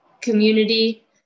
community